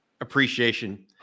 appreciation